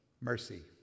Mercy